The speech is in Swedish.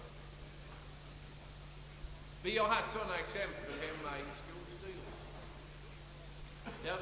Vi har haft exempel härpå i vår skolstyrelse.